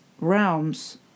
realms